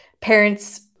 parents